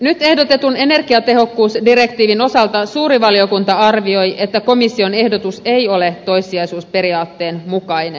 nyt ehdotetun energiatehokkuusdirektiivin osalta suuri valiokunta arvioi että komission ehdotus ei ole toissijaisuusperiaatteen mukainen